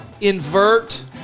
Invert